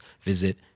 visit